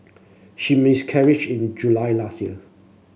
she miscarriage in July last year